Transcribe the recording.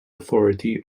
authority